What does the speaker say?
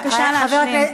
מבקשת להשלים.